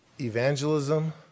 Evangelism